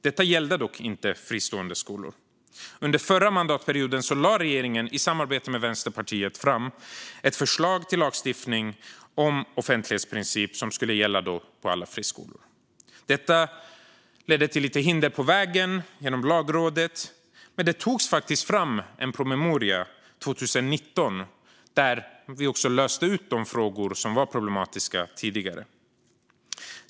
Detta gällde dock inte fristående skolor. Under förra mandatperioden la regeringen i samarbete med Vänsterpartiet fram ett förslag till lagstiftning om en offentlighetsprincip som skulle gälla alla friskolor. Detta ledde till lite hinder på vägen genom Lagrådet. Men det togs faktiskt fram en promemoria 2019, där vi löste ut de frågor som var problematiska tidigare.